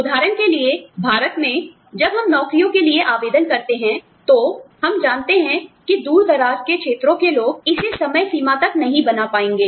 उदाहरण के लिए भारत में जब हम नौकरियों के लिए आवेदन करते हैं तो हम जानते हैं कि दूर दराज के क्षेत्रों के लोग इसे समय सीमा तक नहीं बना पाएंगे